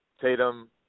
Tatum